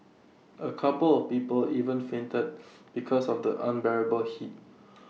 A couple of people even fainted because of the unbearable heat